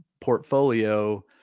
portfolio